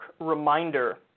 reminder